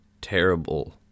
terrible